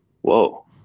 whoa